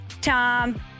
Tom